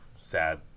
sad